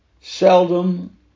seldom